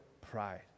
pride